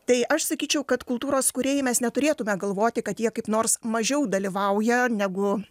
tai aš sakyčiau kad kultūros kūrėjai mes neturėtume galvoti kad jie kaip nors mažiau dalyvauja negu